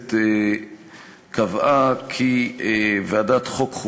הכנסת קבעה כי ועדת החוקה,